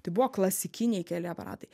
tai buvo klasikiniai keli aparatai